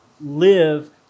live